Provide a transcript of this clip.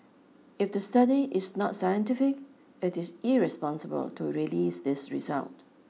if the study is not scientific it is irresponsible to release these result